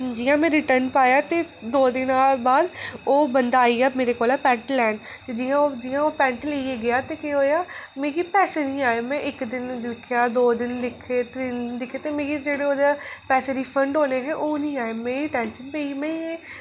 जि'यां में रिटर्न पाया ते दो दिन बाद ओह् बंदा आइया मेरे कोल पैंट लैन ते जि'यां ओह् पैंट लेइयै गेआ ते केह् होएआ ते मिगी पैसे निं आए में इक दिन दिक्खेआ दो दिन दिक्खेआ ते तिन्न दिन दिक्खेआ ते मिगी ओह्दा पैसे रिफंड होने हे ते ओह् निं आए में टेंशन होई